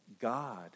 God